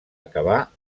acabar